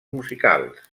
musicals